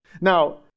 Now